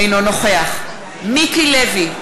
אינו נוכח מיקי לוי,